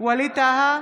ווליד טאהא,